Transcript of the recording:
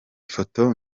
ifoto